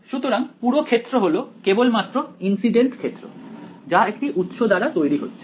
সুতরাং পুরো ক্ষেত্র হল কেবলমাত্র ইনসিডেন্ট ক্ষেত্র যা একটি উৎস দ্বারা তৈরি হচ্ছে